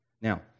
Now